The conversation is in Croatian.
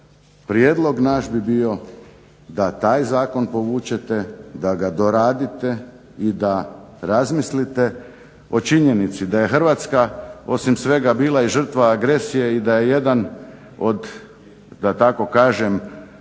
prijedlog naš bi bio da taj zakon povučete, da ga doradite i da razmislite o činjenici da je Hrvatska osim svega bila i žrtva agresije i da je jedan od da tako kažem